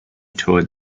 toward